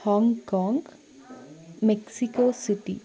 Hong Kong Mexico city